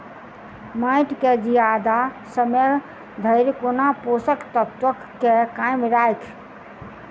माटि केँ जियादा समय धरि कोना पोसक तत्वक केँ कायम राखि?